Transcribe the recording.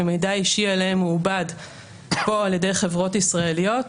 שמידע אישי עליהם הוא עובד פה על ידי חברות ישראליות,